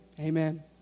amen